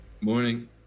morning